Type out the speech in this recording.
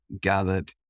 gathered